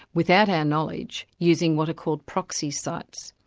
without our knowledge, using what are called proxy sites.